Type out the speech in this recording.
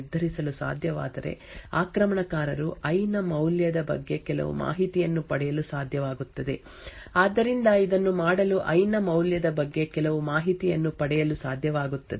ಆದ್ದರಿಂದ ಸಾಮಾನ್ಯವಾಗಿ ಏನಾಗುತ್ತದೆ ಎಂದರೆ ದಾಳಿಕೋರರು ಎರಡನೇ ಕಾರ್ಯಾಚರಣೆಯ ಸಮಯದಲ್ಲಿ ಈ ಸೆಟ್ ಗಳಲ್ಲಿ ಯಾವುದನ್ನು ಪ್ರವೇಶಿಸಲಾಗಿದೆ ಎಂಬುದನ್ನು ನಿರ್ಧರಿಸಲು ಸಾಧ್ಯವಾದರೆ ಆಕ್ರಮಣಕಾರರು ಐ ನ ಮೌಲ್ಯದ ಬಗ್ಗೆ ಕೆಲವು ಮಾಹಿತಿಯನ್ನು ಪಡೆಯಲು ಸಾಧ್ಯವಾಗುತ್ತದೆ